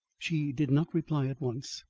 she did not reply at once.